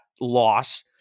loss